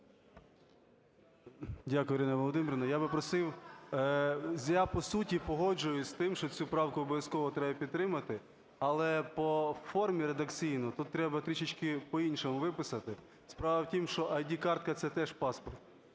Дякую, Ірина Володимирівна. Я би просив... Я по суті погоджуюсь з тим, що цю правку обов'язково треба підтримати. Але по формі редакційно тут треба трішечки по-іншому виписати. Справа в тім, що ID-картка – це теж паспорт,